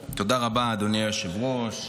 היושב-ראש.